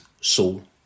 soul